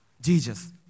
Jesus